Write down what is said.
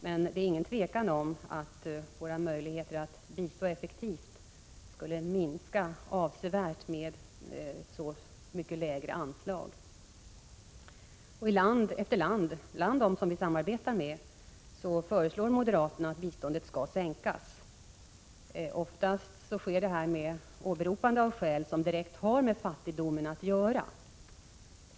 Men det är inget tvivel om att våra möjligheter att bistå effektivt skulle minska avsevärt med så mycket lägre anslag som moderaternas förslag innebär. För land efter land — bland de länder som vi samarbetar med — föreslår moderaterna att biståndet skall sänkas. Oftast åberopas då skäl som direkt har med fattigdomen att göra.